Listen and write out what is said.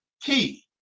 key